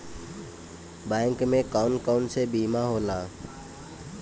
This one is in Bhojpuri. बैंक में कौन कौन से बीमा होला?